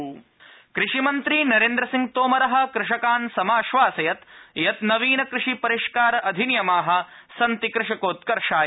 कृषिमंत्री कृषिमन्त्री नरेन्द्रसिंहतोमर कृषकान् समाश्वसयत् यत् नवीन कृषि परिष्कार अधिनियमा सन्ति कृषकोत्कर्षाय